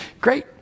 great